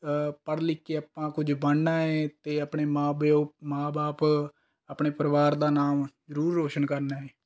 ਪੜ੍ਹ ਲਿਖ ਕੇ ਆਪਾਂ ਕੁੱਝ ਬਣਨਾ ਹੈ ਅਤੇ ਆਪਣੇ ਮਾਂ ਪਿਓ ਮਾਂ ਬਾਪ ਆਪਣੇ ਪਰਿਵਾਰ ਦਾ ਨਾਮ ਜ਼ਰੂਰ ਰੌਸ਼ਨ ਕਰਨਾ ਹੈ